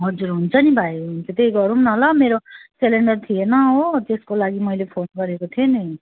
हजुर हुन्छ नि भाइ हुन्छ त्यही गरौँ न ल मेरो सिलिन्डर थिएन हो त्यसको लागि मैले फोन गरेको थिएँ नि